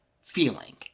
feeling